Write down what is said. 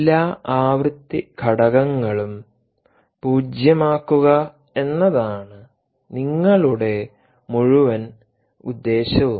എല്ലാ ആവൃത്തി ഘടകങ്ങളും പൂജ്യമാക്കുക എന്നതാണ് നിങ്ങളുടെ മുഴുവൻ ഉദ്ദേശവും